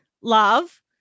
love